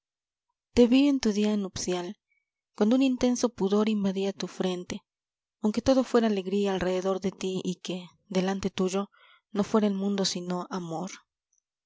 vi en tu día nupcial cuando un intenso pudor invadía tu frente aunque todo fuera alegría alrededor de ti y que delante tuyo no fuera el mundo sino amor